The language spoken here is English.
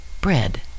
bread